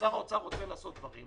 כששר האוצר רוצה לעשות דברים,